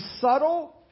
subtle